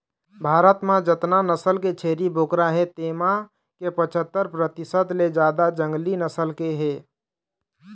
भारत म जतना नसल के छेरी बोकरा हे तेमा के पछत्तर परतिसत ले जादा जंगली नसल के हे